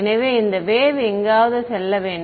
எனவே அந்த வேவ் எங்காவது செல்ல வேண்டும்